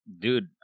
Dude